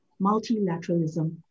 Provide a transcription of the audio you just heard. Multilateralism